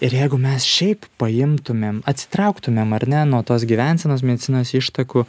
ir jeigu mes šiaip paimtumėm atsitrauktumėm ar ne nuo tos gyvensenos medicinos ištakų